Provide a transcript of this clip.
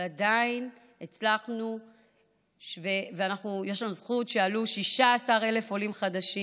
אבל עדיין הצלחנו ויש לנו זכות שעלו 16,000 עולים חדשים